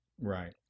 Right